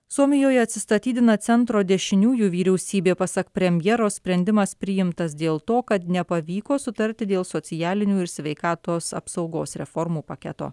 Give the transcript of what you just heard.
suomijoje atsistatydina centro dešiniųjų vyriausybė pasak premjero sprendimas priimtas dėl to kad nepavyko sutarti dėl socialinių ir sveikatos apsaugos reformų paketo